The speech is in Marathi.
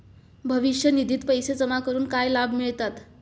भविष्य निधित पैसे जमा करून काय लाभ मिळतात?